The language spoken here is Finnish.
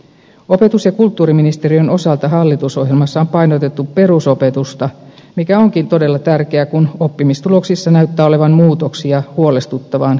opetus ja kulttuuriministeriön osalta hallitusohjelmassa on painotettu perusopetusta mikä onkin todella tärkeää kun oppimistuloksissa näyttää olevan muutoksia huolestuttavaan kielteiseen suuntaan